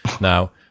now